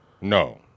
No